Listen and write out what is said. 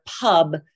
pub